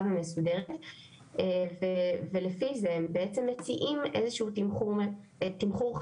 ומסודרת ולפי זה הם בעצם מציעים איזה שהוא תמחור חדש